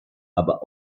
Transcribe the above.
aber